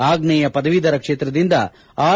ಆಗ್ನೇಯ ಪದವೀಧರ ಕ್ಷೇತ್ರದಿಂದ ಆರ್